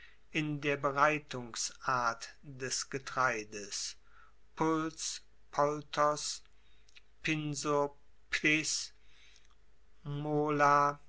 in der bereitungsart des getreides